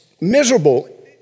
miserable